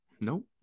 Nope